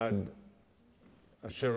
על-פי